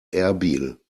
erbil